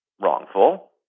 wrongful